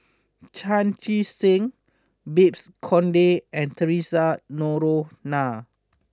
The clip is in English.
Chan Chee Seng Babes Conde and Theresa Noronha